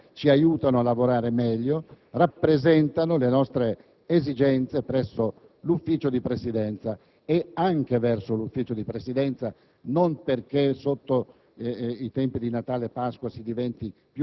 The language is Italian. personale sicuramente degno di lode ci aiutano a lavorare meglio, rappresentano le nostre esigenze presso il Consiglio di Presidenza, e anche il Consiglio di Presidenza. Non perché nei